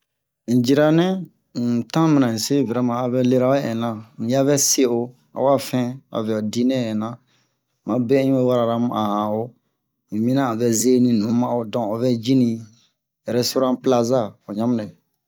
un jiranɛ un tan mina un se vraiment avɛ lero o ɛna un ya vɛ se'o awa fɛn avɛ ho dine ɛna ma buɛ un we warala mu a han'o un minian an vɛ zeni nu ma'o donc o vɛ Restaurant Plaza o ɲanmu le